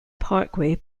parkway